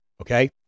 okay